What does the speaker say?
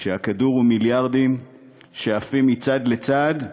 כשהכדור הוא מיליארדים שעפים מצד לצד,